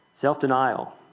Self-denial